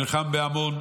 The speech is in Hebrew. הוא נלחם בעמון.